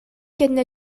кэннэ